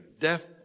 Death